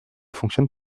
fonctionne